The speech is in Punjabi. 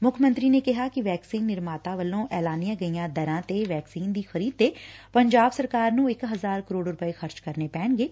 ਮੁੱਖ ਮੰਤਰੀ ਨੇ ਕਿਹਾ ਕਿ ਵੈਕਸੀਨ ਨਿਰਮਾਤਾ ਵੱਲੋ ਐਲਾਨੀਆਂ ਗਈਆਂ ਦਰਾਂ ਤੇ ਵੈਕਸੀਨ ਦੀ ਖਰੀਦ ਤੇ ਪੰਜਾਬ ਸਰਕਾਰ ਨੂੰ ਇਕ ਹਜ਼ਾਰ ਕਰੋੜ ਰੁਪਏ ਖਰਚ ਕਰਨੇ ਪੈਣਗੇ